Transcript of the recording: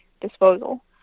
disposal